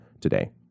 today